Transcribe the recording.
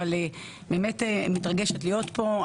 אבל באמת מתרגשת להיות פה.